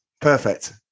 Perfect